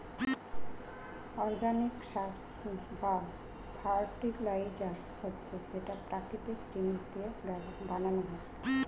organic সার বা fertiliser হচ্ছে যেটা প্রাকৃতিক জিনিস দিয়ে বানানো হয়